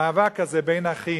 המאבק הזה בין אחים.